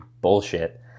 bullshit